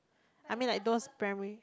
I mean like those primary